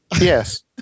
Yes